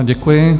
Děkuji.